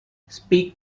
speak